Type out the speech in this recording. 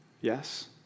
yes